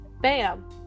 bam